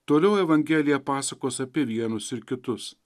toliau evangelija pasakos apie vienus ir kitus